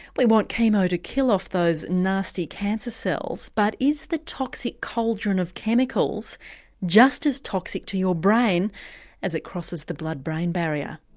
we want chemo to kill off those nasty cancer cells but is the toxic cauldron of chemicals just as toxic to your brain as it crosses the blood brain barrier?